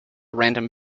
random